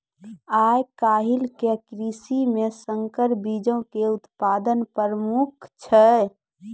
आइ काल्हि के कृषि मे संकर बीजो के उत्पादन प्रमुख छै